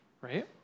right